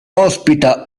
ospita